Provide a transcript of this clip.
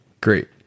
Great